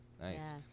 Nice